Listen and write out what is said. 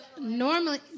normally